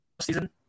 season